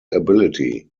ability